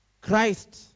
Christ